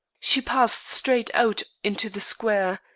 she passed straight out into the square,